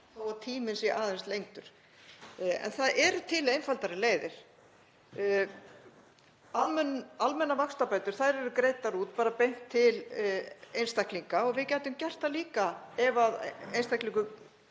að tíminn sé aðeins lengdur. En það eru til einfaldari leiðir. Almennar vaxtabætur eru greiddar út bara beint til einstaklinga. Við gætum gert það líka ef einstaklingur